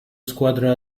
squadra